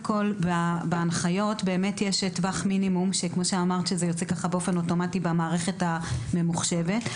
בהנחיות יש טווח מינימום שיוצא באופן אוטומטי במערכת הממוחשבת.